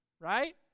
right